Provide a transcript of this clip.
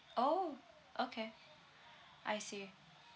!ow! okay I see